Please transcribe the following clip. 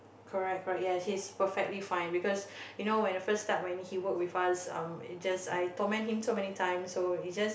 correct correct ya he's perfectly fine because you know when the first start when he work with us um just I torment him so many times so he just